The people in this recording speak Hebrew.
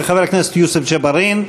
חבר הכנסת יוסף ג'בארין,